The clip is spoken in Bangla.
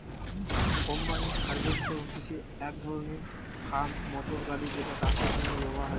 কম্বাইন হার্ভেস্টর হতিছে এক ধরণের ফার্ম মোটর গাড়ি যেটা চাষের জন্য ব্যবহার হয়েটে